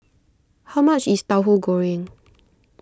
how much is Tahu Goreng